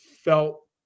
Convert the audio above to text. felt